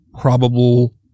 probable